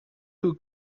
who